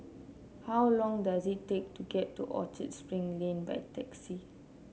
how long does it take to get to Orchard Spring Lane by taxi